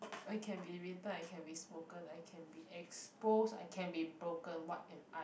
I can be written I can be spoken I can be exposed I can be broken what am I